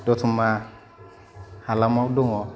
दतमा हालामाव दङ